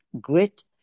grit